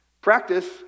Practice